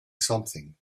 something